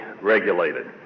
regulated